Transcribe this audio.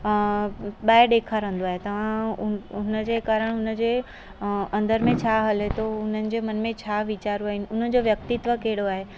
ॿाहिरि ॾेखारंदो आहे तव्हां हु हुनजे कारणु हुनजे अंदर में छा हले थो उन्हनि जे मन में छा विचारु आहिनि उन्हनि जो व्यक्तित्व कहिड़ो आहे